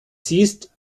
siehst